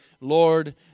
Lord